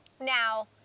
Now